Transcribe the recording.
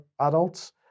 adults